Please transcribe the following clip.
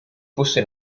fosse